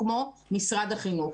ממשרד החינוך.